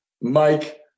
Mike